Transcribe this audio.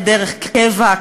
כדרך קבע,